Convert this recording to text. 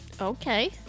Okay